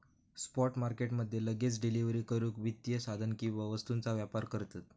spot market मध्ये लगेच delivery करूक वित्तीय साधन किंवा वस्तूंचा व्यापार करतत